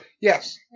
Yes